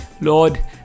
Lord